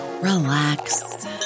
relax